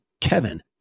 Kevin